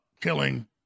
killing